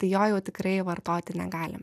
tai jo jau tikrai vartoti negalim